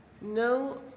No